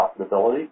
profitability